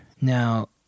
Now